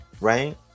Right